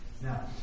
Now